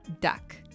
duck